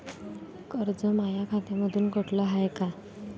कर्ज माया खात्यामंधून कटलं हाय का?